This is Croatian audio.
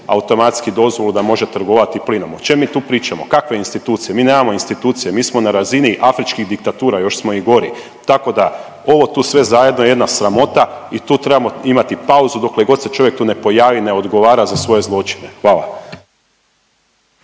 automatski dozvolu da može trgovati plinom. O čem mi tu pričamo? Kakve institucije? Mi nemamo institucije, mi smo na razini afričkih diktatura. Još smo i gori, tako da ovo tu sve zajedno je jedna sramota i tu trebamo imati pauzu dokle god se čovjek tu ne pojavi, ne odgovara za svoje zločine. Hvala.